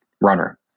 runner